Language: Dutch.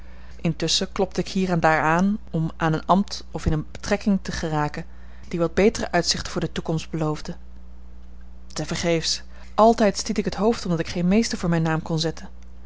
intusschen klopte ik hier en daar aan om aan een ambt of in eene betrekking te geraken die wat betere uitzichten voor de toekomst beloofde tevergeefs altijd stiet ik het hoofd omdat ik geen mr voor mijn naam kon zetten